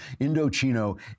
Indochino